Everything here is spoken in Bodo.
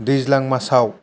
दैज्लां मासाव